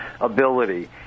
ability